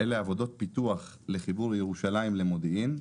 עבודות פיתוח לחיבור ירושלים למודיעין.